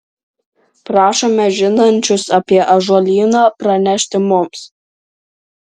prašome žinančius apie ąžuolyną pranešti mums